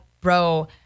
bro